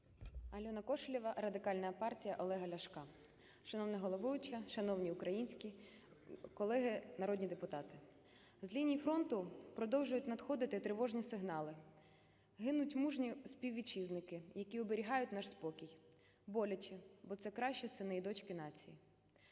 Альона Кошелєва, Радикальна партія Олега Ляшка. Шановна головуюча, шановні українські колеги народні депутати, з лінії фронту продовжують надходити тривожні сигнали. Гинуть мужні співвітчизники, які оберігають наш спокій. Боляче, бо це кращі сини і дочки нації.